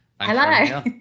Hello